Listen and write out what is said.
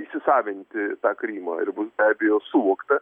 įsisavinti krymą ir bus be abejo suvokta